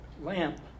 lamp